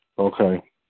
Okay